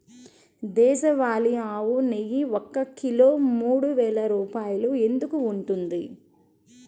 దేశవాళీ ఆవు నెయ్యి ఒక కిలోగ్రాము మూడు వేలు రూపాయలు ఎందుకు ఉంటుంది?